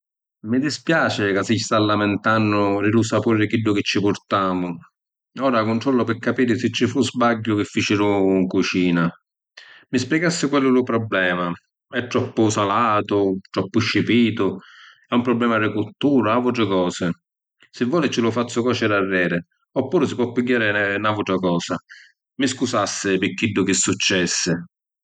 Mi dispiaci ca si sta lamintannu di lu sapuri di chiddu chi ci purtamu. Ora controllu pi capiri si fu sbagghiu chi ficiru ‘n cucina. Mi spiegassi quali è lu probblema, è troppu salatu? Troppu scipitu? è un probblema di cuttura o autri cosi… Si voli ci lu fazzu còciri arreri oppuru si po’ pigghiari n’autra cosa. Mi scusassi pi chiddu chi successi.